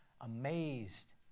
amazed